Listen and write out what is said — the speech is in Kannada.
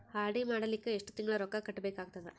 ಆರ್.ಡಿ ಮಾಡಲಿಕ್ಕ ಎಷ್ಟು ತಿಂಗಳ ರೊಕ್ಕ ಕಟ್ಟಬೇಕಾಗತದ?